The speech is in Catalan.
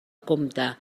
compte